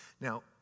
Now